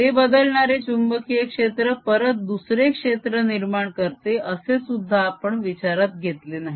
ते बदलणारे चुंबकीय क्षेत्र परत दुसरे क्षेत्र निर्माण करते असे सुद्धा आपण विचारात घेतले नाही